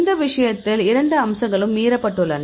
இந்த விஷயத்தில் இரண்டு அம்சங்களும் மீறப்பட்டுள்ளன